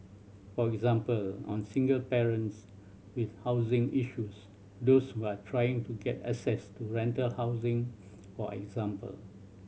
for example on single parents with housing issues those who are trying to get access to rental housing for example